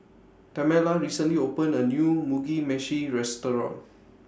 Tamela recently opened A New Mugi Meshi Restaurant